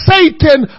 Satan